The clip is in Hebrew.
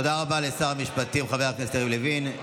תודה רבה לשר המשפטים חבר הכנסת יריב לוין.